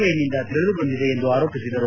I ನಿಂದ ತಿಳಿದು ಬಂದಿದೆ ಎಂದು ಆರೋಪಿಸಿದರು